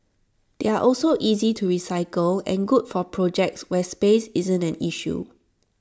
they are also easy to recycle and good for projects where space isn't an issue